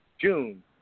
June